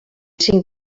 cinc